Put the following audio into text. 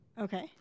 Okay